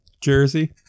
jersey